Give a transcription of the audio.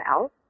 else